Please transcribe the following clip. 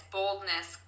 boldness